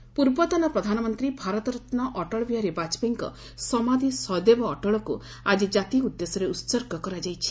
ଅଟଳ ସମାଧି ପୂର୍ବତନ ପ୍ରଧାନମନ୍ତ୍ରୀ ଭାରତରନ୍ ଅଟଳ ବିହାରୀ ବାଜପେୟୀଙ୍କ ସମାଧି ସଦୈବ୍ ଅଟଳକୁ ଆଜି କାତି ଉଦ୍ଦେଶ୍ୟରେ ଉସର୍ଗ କରାଯାଇଛି